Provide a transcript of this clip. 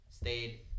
stayed